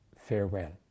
farewell